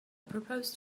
proposed